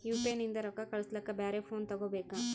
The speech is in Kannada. ಯು.ಪಿ.ಐ ನಿಂದ ರೊಕ್ಕ ಕಳಸ್ಲಕ ಬ್ಯಾರೆ ಫೋನ ತೋಗೊಬೇಕ?